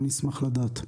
אני אשמח לדעת.